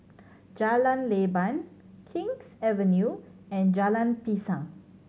Jalan Leban King's Avenue and Jalan Pisang